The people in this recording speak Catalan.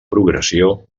progressió